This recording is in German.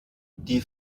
die